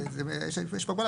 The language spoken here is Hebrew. ויש פה בעיה,